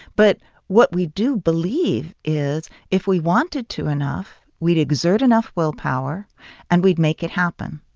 but what we do believe is if we wanted to enough, we'd exert enough willpower and we'd make it happen.